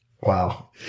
Wow